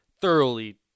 thoroughly